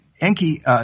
Enki